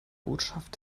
botschaft